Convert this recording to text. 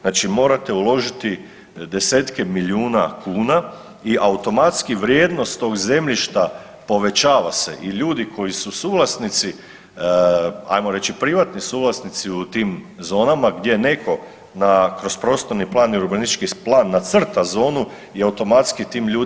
Znači morate uložiti desetke milijuna kuna i automatski vrijednost tog zemljišta povećava se i ljudi koji su suvlasnici ajmo reći privatni suvlasnici u tim zonama gdje netko na, kroz prostorni plan i urbanistički plan nacrta zonu i automatski tim ljudima digne vrijednost tog zemljišta nažalost često puta oni to ne žele prodati [[Upadica: Hvala.]] i evo tako dalje i tako dalje.